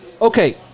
Okay